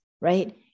right